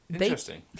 Interesting